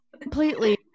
Completely